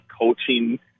coaching